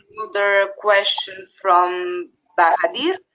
another question from but